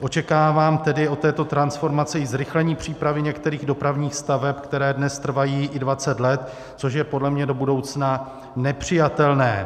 Očekávám tedy od této transformace i zrychlení přípravy některých dopravních staveb, které dnes trvají i dvacet let, což je podle mě do budoucna nepřijatelné.